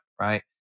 right